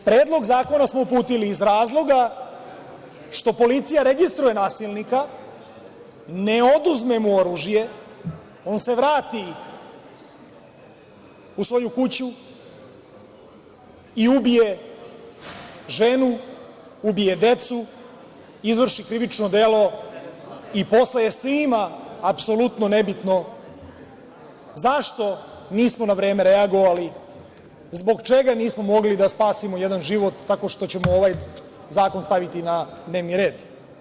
Predlog zakona smo uputili iz razloga što policija registruje nasilnika, ne oduzme mu oružje, on se vrati u svoju kuću i ubije ženu, ubije decu, izvrši krivično delo i posle je svima apsolutno nebitno zašto nismo na vreme reagovali, zbog čega nismo mogli da spasimo jedan život tako što ćemo ovaj zakon staviti na dnevni red.